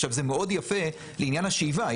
עכשיו, זה מאוד יפה לעניין השאיבה.